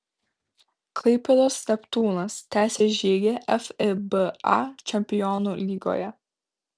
klaipėdos neptūnas tęsia žygį fiba čempionų lygoje